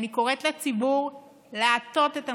אני קוראת לציבור לעטות את המסכות.